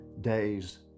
days